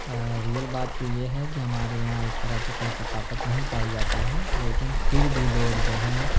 real بات تو یہ ہے کہ ہمارے یہاں اس طرح کی کوئی ثقافت نہیں پائی جاتی ہے لیکن پھر بھی لوگ جو ہیں